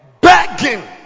begging